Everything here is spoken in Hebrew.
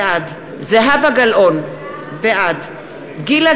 בעד זהבה גלאון, בעד גילה